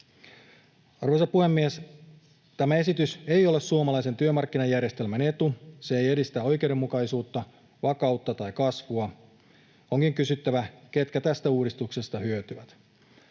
Arvoisa puhemies! Tämä esitys ei ole suomalaisen työmarkkinajärjestelmän etu. Se ei edistä oikeudenmukaisuutta, vakautta tai kasvua. Onkin kysyttävä, ketkä tästä uudistuksesta hyötyvät.